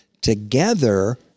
together